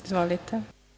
Izvolite.